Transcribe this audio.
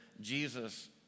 Jesus